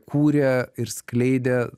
kūrė ir skleidė